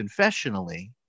confessionally